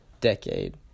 decade